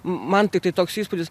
man tiktai toks įspūdis